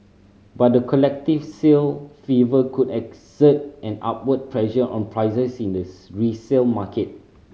but the collective sale fever could exert an upward pressure on prices in this resale market